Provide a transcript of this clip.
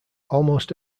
almost